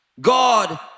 god